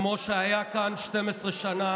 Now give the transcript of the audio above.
כמו שהייתה כאן 12 שנים,